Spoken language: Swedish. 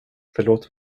förlåt